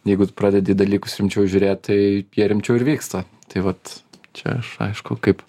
jeigu pradedi į dalykus rimčiau žiūrėt tai jie rimčiau ir vyksta tai vat čia aš aišku kaip